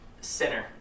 Center